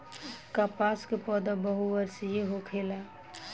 कपास के पौधा बहुवर्षीय होखेला